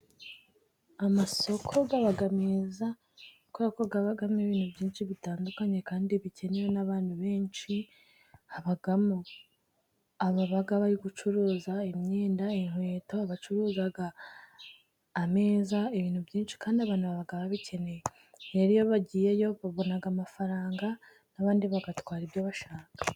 Amasoko aba meza, kuko abamo ibintu byinshi bitandukanye kandi bikenewe n'abantu benshi, habagamo ababa bari gucuruza imyenda, inkweto, abacuruza ameza ibintu byinshi kandi abantu baba babikeneye, rero iyobagiyeyo babona amafaranga n' abandi bagatwara ibyo bashaka.